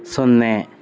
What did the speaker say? ಸೊನ್ನೆ